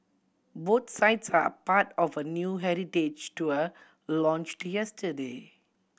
both sites are part of a new heritage tour launched yesterday